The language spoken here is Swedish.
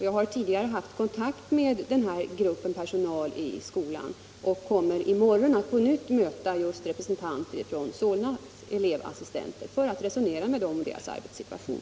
Jag har tidigare haft kontakt med den här personalgruppen i skolan och kommer i morgon att på nytt träffa just representanter för Solnas elevassistenter för att resonera med dem om deras arbetssituation.